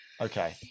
Okay